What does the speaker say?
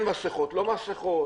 לוקח יותר זמן כדי לפתח את